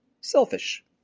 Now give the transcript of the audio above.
Selfish